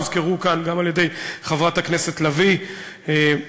הוזכרו כאן גם על-ידי חברת הכנסת לביא ההתבטאויות